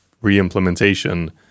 re-implementation